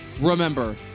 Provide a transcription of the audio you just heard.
remember